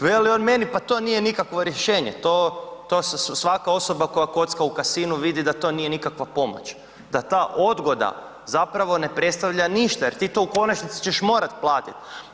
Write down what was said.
Veli on meni, pa to nije nikakvo rješenje, to, to svaka osoba koja kocka u casinu vidi da to nije nikakva pomoć, da ta odgoda zapravo ne predstavlja ništa jer ti to u konačnici ćeš morat platit.